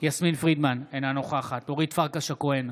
יסמין פרידמן, אינה נוכחת אורית פרקש הכהן,